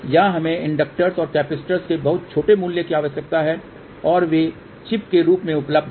यहां हमें इंडिकेटर्स और कैपेसिटर के बहुत छोटे मूल्यों की आवश्यकता है और वे चिप के रूप में उपलब्ध हैं